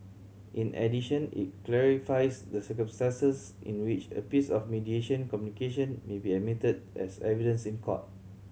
in addition it clarifies the circumstances in which a piece of mediation communication may be admitted as evidence in court